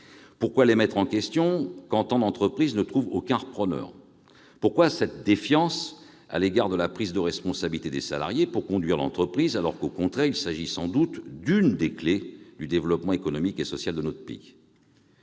part, les mettre en question, quand tant d'entreprises ne trouvent aucun repreneur ? Pourquoi, d'autre part, cette défiance à l'égard de la prise de responsabilité des salariés pour conduire l'entreprise, alors que, au contraire, il s'agit sans doute d'une des clefs du développement économique et social de notre pays ?